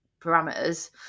parameters